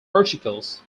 articles